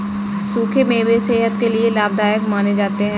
सुखे मेवे सेहत के लिये लाभदायक माने जाते है